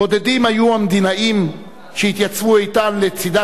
בודדים היו המדינאים שהתייצבו איתן לצדה